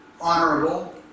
honorable